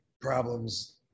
problems